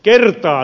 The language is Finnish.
kertaan